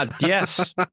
Yes